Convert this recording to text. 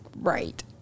right